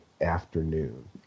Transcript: afternoon